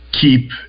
keep